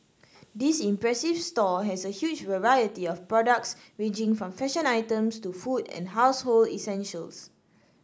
this impressive store has a huge variety of products ranging from fashion items to food and household essentials